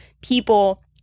people